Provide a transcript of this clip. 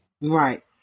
Right